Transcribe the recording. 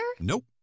Nope